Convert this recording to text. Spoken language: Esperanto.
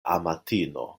amatino